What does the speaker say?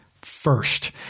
first